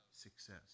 success